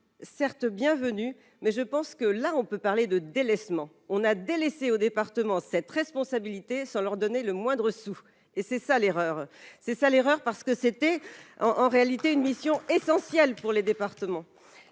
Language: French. certes bienvenue mais je pense que là, on peut parler de délaissement on a délaissé au département cette responsabilité sans leur donner le moindre sou et c'est ça l'erreur, c'est ça l'erreur parce que c'était en réalité une mission essentielle pour les départements